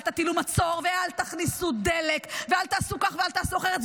אל תטילו מצור ואל תכניסו דלק ואל תעשו כך ואל תעשו אחרת.